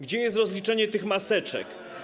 Gdzie jest rozliczenie tych maseczek?